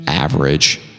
Average